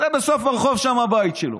בסוף הרחוב, שם הבית שלו.